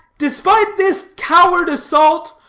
despite this coward assault,